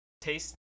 taste